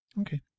Okay